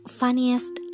funniest